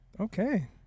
Okay